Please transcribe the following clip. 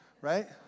right